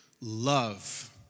love